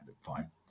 Fine